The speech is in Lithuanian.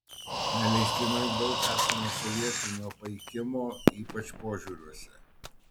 neleistinai daug esama sovietinio paikimo ypač požiūriuose